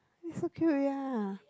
eh so cute ya